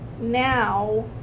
now